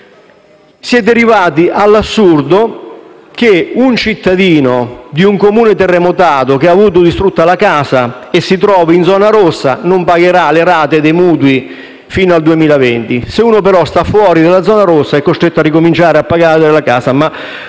Siete arrivati all'assurdo che un cittadino di un Comune terremotato, che ha avuta distrutta la casa e che si trova in zona rossa, non pagherà le rate dei mutui fino al 2020. Se uno però sta fuori dalla zona rossa, è costretto a ricominciare a pagare la rata